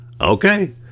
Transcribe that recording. Okay